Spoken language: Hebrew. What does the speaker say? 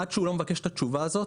עד שהוא לא מבקש את התשובה הזאת,